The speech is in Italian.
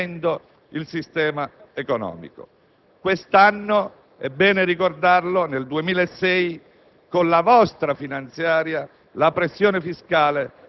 stressato il bilancio dello Stato, deprimendo il sistema economico. Quest'anno, nel 2006, è bene ricordarlo, con la